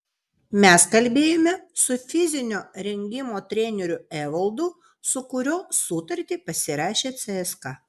mes kalbėjome su fizinio rengimo treneriu evaldu su kuriuo sutartį pasirašė cska